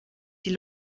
die